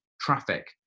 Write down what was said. traffic